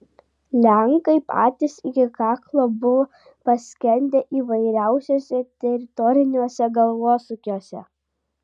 lenkai patys iki kaklo buvo paskendę įvairiausiuose teritoriniuose galvosūkiuose